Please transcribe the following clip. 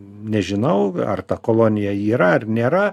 nežinau ar ta kolonija yra ar nėra